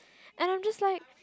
and I'm just like